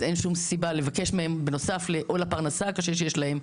אז אין שום סיבה לבקש מהם בנוסף או לפרנסה הקשה שיש להם,